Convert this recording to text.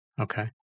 Okay